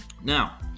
Now